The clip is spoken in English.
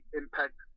impact